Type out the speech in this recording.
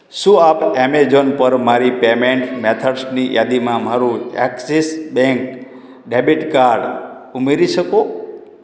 શું આપ એમેઝોન પર મારી પેમેંટ મેથડ્સની યાદીમાં મારું એક્સિસ બેંક ડેબિટ કાર્ડ ઉમેરી શકો